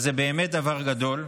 אז זה באמת דבר גדול.